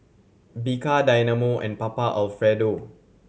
Bika Dynamo and Papa Alfredo